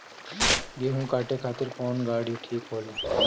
गेहूं काटे खातिर कौन गाड़ी ठीक होला?